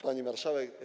Pani Marszałek!